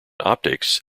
optics